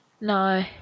no